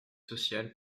social